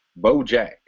BoJack